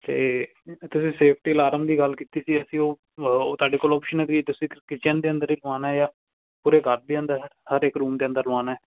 ਅਤੇ ਤੁਸੀਂ safety alarm ਦੀ ਗੱਲ ਕੀਤੀ ਸੀ ਅਸੀਂ ਉਹ ਉਹ ਤੁਹਾਡੇ ਕੋਲ ਆਪਸ਼ਨ ਹੈ ਵੀ ਤੁਸੀਂ ਕਿਚਨ ਦੇ ਅੰਦਰ ਹੀ ਪਵਾਉਣਾ ਜਾਂ ਪੂਰੇ ਘਰ ਦੇ ਅੰਦਰ ਹਰ ਇੱਕ ਰੂਮ ਦੇ ਅੰਦਰ ਲਵਾਉਣਾ ਹੈ